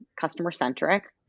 customer-centric